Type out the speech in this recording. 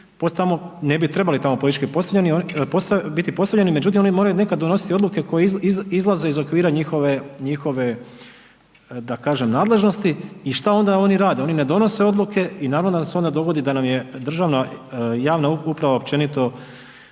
ne bi trebali tamo politički postavljeni, biti postavljeni, međutim oni moraju nekad donositi odluke koje izlaze iz okvira njihove da kažem nadležnosti i šta onda oni rade, oni ne donose odluke i naravno da se onda dogodi da nam je državna javna uprava općenito